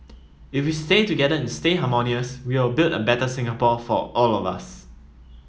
if we stay together and stay harmonious we will build a better Singapore for all of us